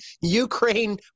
Ukraine